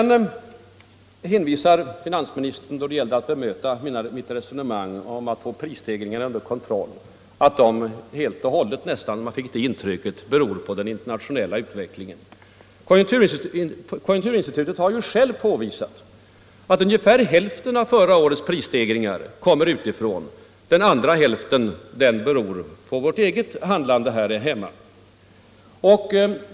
När finansministern sedan skulle bemöta mitt resonemang om prisstegringarna och hur man skall få dem under kontroll, fick man det intrycket att prisstegringarna nästan helt och hållet berodde på den internationella utvecklingen. Konjunkturinstitutet har ju påvisat att ungefär hälften av förra årets prisstegringar kommer utifrån och att den andra hälften beror på vårt eget handlande här hemma.